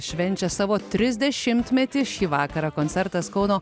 švenčia savo trisdešimtmetį šį vakarą koncertas kauno